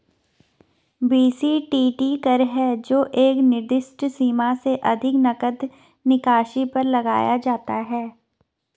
BCTT कर है जो एक निर्दिष्ट सीमा से अधिक नकद निकासी पर लगाया जाता है